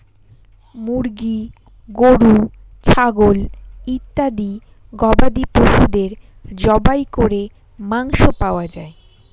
মুরগি, গরু, ছাগল ইত্যাদি গবাদি পশুদের জবাই করে মাংস পাওয়া যায়